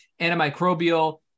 antimicrobial